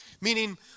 Meaning